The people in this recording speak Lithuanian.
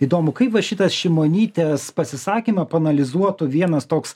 įdomu kaip va šitą šimonytės pasisakymą paanalizuotų vienas toks